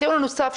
הטיעון הנוסף,